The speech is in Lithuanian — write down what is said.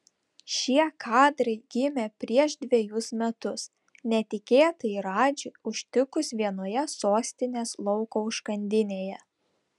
šie kadrai gimė prieš dvejus metus netikėtai radžį užtikus vienoje sostinės lauko užkandinėje